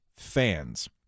Fans